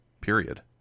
period